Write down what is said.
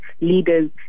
leaders